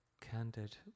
Candid